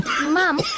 Mom